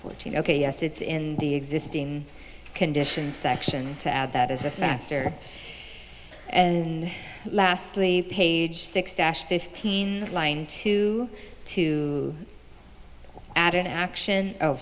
fourteen ok yes it's in the existing condition section to add that as a faster and lastly page six dash fifteen line two to add an action o